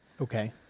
Okay